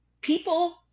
People